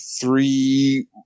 three